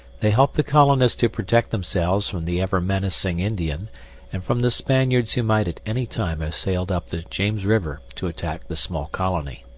they helped the colonists to protect themselves from the ever-menacing indian and from the spaniards who might at anytime have sailed up the james river to attack the small colony.